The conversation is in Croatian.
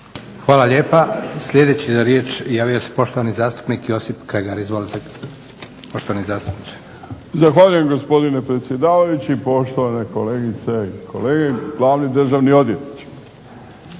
Hvala lijepa. Sljedeći za riječ javio se poštovani zastupnik Josip Kregar. Izvolite poštovani zastupniče. **Kregar, Josip (Nezavisni)** Zahvaljujem gospodine predsjedavajući. Poštovane kolegice i kolege, glavni državni odvjetniče.